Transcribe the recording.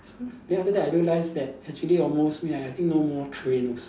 then after that I realise that actually almost midnight I think no more train also